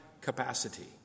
capacity